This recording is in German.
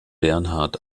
bernhard